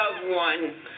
one